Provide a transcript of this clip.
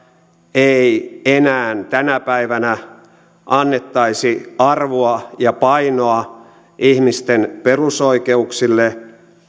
ei enää tänä päivänä annettaisi arvoa ja painoa ihmisten perusoikeuksille